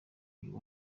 uyu